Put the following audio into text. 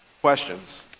questions